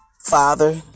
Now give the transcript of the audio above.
Father